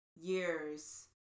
years